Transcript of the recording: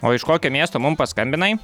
o iš kokio miesto mum paskambinai